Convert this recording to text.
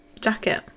jacket